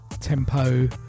tempo